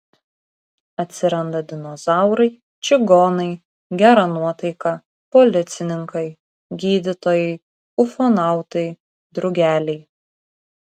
atsiranda dinozaurai čigonai gera nuotaika policininkai gydytojai ufonautai drugeliai